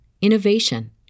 innovation